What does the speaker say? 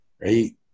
right